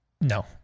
No